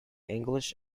english